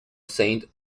saint